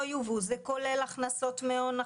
זה כולל הכנסות מהון,